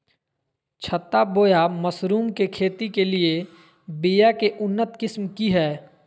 छत्ता बोया मशरूम के खेती के लिए बिया के उन्नत किस्म की हैं?